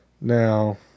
Now